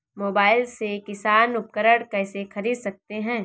Mobile से किसान उपकरण कैसे ख़रीद सकते है?